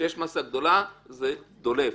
כשיש מאסה גדולה זה דולף.